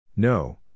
No